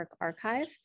archive